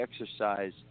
exercise